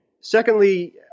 Secondly